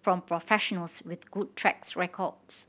from professionals with good tracks records